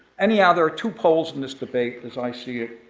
anyhow there are two poles in this debate, as i see it,